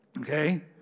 Okay